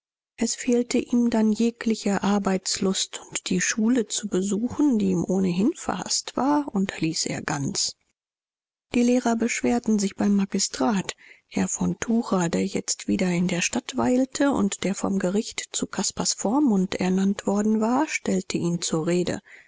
es fehlte ihm dann jegliche arbeitslust und die schule zu besuchen die ihm ohnehin verhaßt war unterließ er ganz die lehrer beschwerten sich beim magistrat herr von tucher der jetzt wieder in der stadt weilte und der vom gericht zu caspars vormund ernannt worden war stellte ihn zur rede